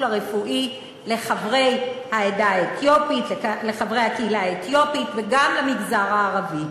הרפואי לחברי הקהילה האתיופית וגם למגזר הערבי.